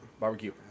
Barbecue